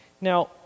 Now